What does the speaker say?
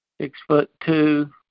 six-foot-two